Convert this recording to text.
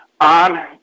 on